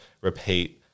repeat